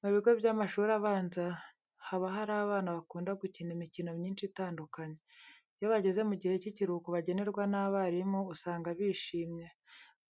Mu bigo by'amashuri abanza haba hari abana bakunda gukina imikino myinshi itandukanye. Iyo bageze mu gihe cy'ikiruhuko bagenerwa n'abarimu, usanga bishimye